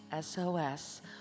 SOS